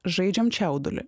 žaidžiam čiaudulį